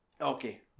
Okay